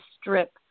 strip